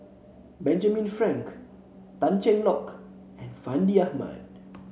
Benjamin Frank Tan Cheng Lock and Fandi Ahmad